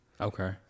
Okay